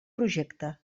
projecte